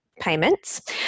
payments